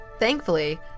Thankfully